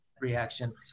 reaction